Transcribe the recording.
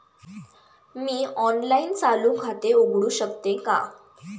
मी online चालू खाते उघडू शकते का?